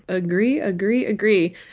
agree, agree, agree.